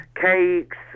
Cakes